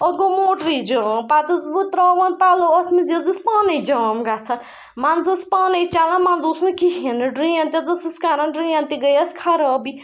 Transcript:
اَتھ گوٚو موٹرٕے جام پَتہٕ ٲسٕس بہٕ ترٛاوان پَلو اَتھ منٛز یہِ حظ ٲس پانَے جام گژھان منٛزٕ ٲس پانَے چَلان منٛزٕ اوس نہٕ کِہیٖنۍ نہٕ ڈرٛین تہِ حظ ٲسٕس کَران ڈرٛین تہِ گٔیَس خرابٕے